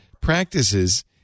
practices